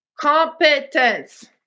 Competence